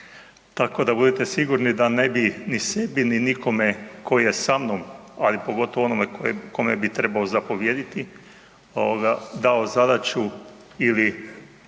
tako da budite sigurni da ne bi ni sebi ni nikome ko je sa mnom ali pogotovo onome kome bi trebao zapovijediti, dao zadaću ili